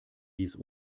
dies